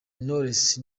knowles